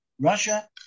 Russia